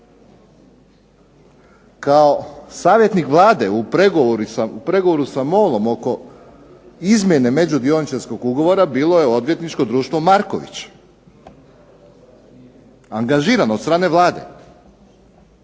Kao savjetnik Vlade u pregovoru sa MOL-om oko izmjene među dioničarskog ugovora bilo je odvjetničko društvo Marković, angažiran od strane Vlade.